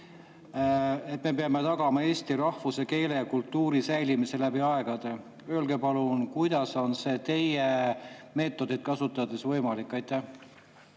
et me peame tagama eesti rahvuse, keele ja kultuuri säilimise läbi aegade. Öelge palun, kuidas on see teie meetodeid kasutades võimalik. Aitäh,